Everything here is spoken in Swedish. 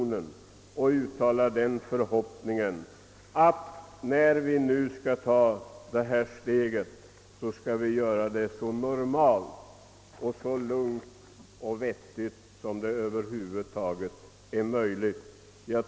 När vi nu skall gå över till högertrafik hoppas jag att vi gör det så normalt och lugnt som möjligt.